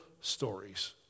stories